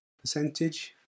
percentage